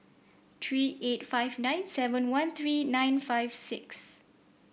three eight five nine seven one three nine five six